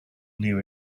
knew